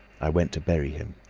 i went to bury him.